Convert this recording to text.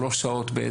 3 שעות.